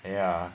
ya